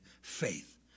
faith